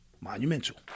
monumental